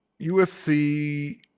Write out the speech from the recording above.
USC